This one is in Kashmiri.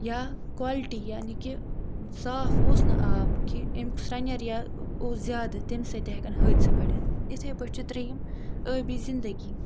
یا کالٹی یعنی کہِ صاف اوس نہٕ آب کہِ اَمیُک سرَنَر یا اوس زیادٕ تَمہِ سۭتۍ تہِ ہیٚکَن حٲدۍثہٕ بٔڈِتھ یِتھٕے پٲٹھۍ چھُ ترٛیٚیِم ٲبی زنٛدَگی